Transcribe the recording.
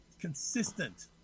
consistent